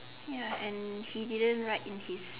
ya and he didn't write in his